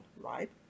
right